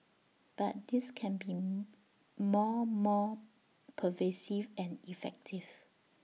but this can be more more pervasive and effective